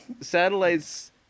satellites